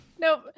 Nope